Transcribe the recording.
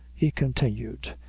he continued,